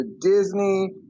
Disney